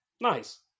nice